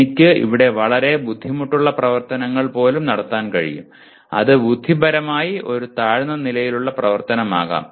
എനിക്ക് ഇവിടെ വളരെ ബുദ്ധിമുട്ടുള്ള പ്രവർത്തനങ്ങൾ പോലും നടത്താൻ കഴിയും അത് ബുദ്ധിപരമായി ഒരു താഴ്ന്ന നിലയിലുള്ള പ്രവർത്തനമാകാം